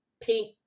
pink